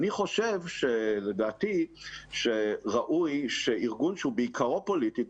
לדעתי ראוי שארגון שהוא בעיקרו פוליטי,